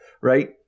Right